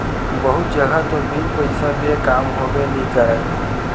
बहुत जघा तो बिन पइसा देय काम होबे नइ करय